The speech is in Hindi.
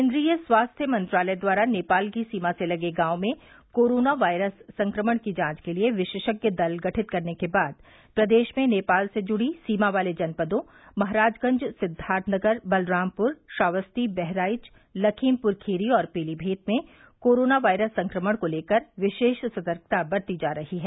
केन्द्रीय स्वास्थ्य मंत्रालय द्वारा नेपाल की सीमा से लगे गांवों में कोरोना वायरस संक्रमण की जांच के लिये विशेषज्ञ दल गठित करने के बाद प्रदेश में नेपाल से जुड़ी सीमा वाले जनपदों महराजगंज सिद्दार्थनगर बलरामप्र श्रावस्ती बहराइच लखीमपुर खीरी और पीलीभीत में कोरोना वायरस संक्रमण को लेकर विशेष सतर्कता बरती जा रही है